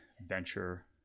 venture